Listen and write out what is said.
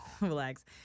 relax